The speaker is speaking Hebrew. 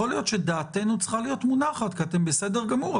יכול להיות שדעתנו צריכה לנוח כי אתם בסדר גמור,